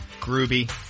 Groovy